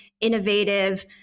innovative